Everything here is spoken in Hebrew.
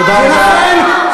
תודה רבה,